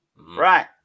right